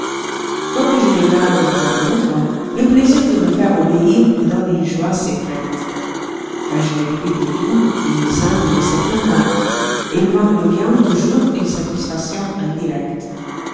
quoique je les garde pour un autre le plaisir de me faire obéir me donne une joie secrète quand je les prive de tout il me semble que c'est pour moi et il m'en revient toujours une satisfaction indirecte